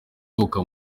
isohoka